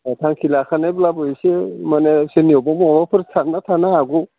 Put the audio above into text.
दा थांखि लाखानायब्लाबो एसे माने सोरनियावबा माबाफोर साननाय थानो हागौ